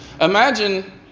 Imagine